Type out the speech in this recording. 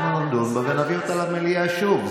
אנחנו נדון בה ונעביר אותה למליאה שוב.